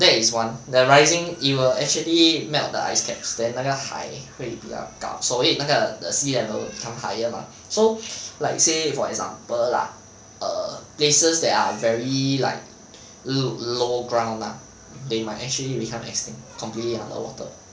that is one the rising it will actually melt the ice caps then 那个海会要高所谓那个 the sea level will become higher mah so like say for example lah err places that are very like 路 low ground lah they might actually become extinct completely under water